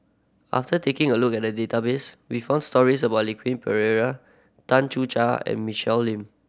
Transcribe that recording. after taking a look at the database we found stories about Pereira Tan Ser Cher and Michelle Lim